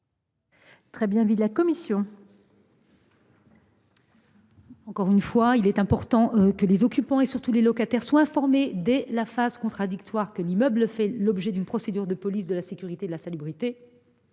j’ai déjà eu l’occasion de le dire, il est important que les occupants, surtout les locataires, soient informés dès la phase contradictoire que l’immeuble fait l’objet d’une procédure de police de la sécurité et de la salubrité.